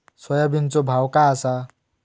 सोयाबीनचो भाव काय आसा?